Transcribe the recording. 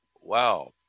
Wow